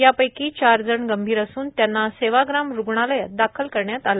यापैकी चार गंभीर असून त्यांना सेवाग्राम रुग्णालयात दाखल करण्यात आले